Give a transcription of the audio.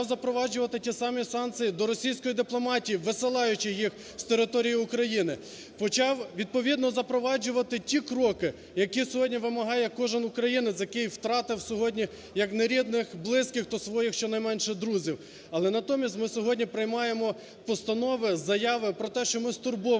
почав запроваджувати ті самі санкції до російських дипломатів, висилаючи їх з території України, почав, відповідно, запроваджувати ті кроки, які сьогодні вимагає кожен українець, який втратив сьогодні як не рідних, близьких, то своїх що неменше друзів. Але натомість ми сьогодні приймаємо постанови, заяви про те, що ми стурбовані